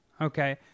Okay